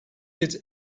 its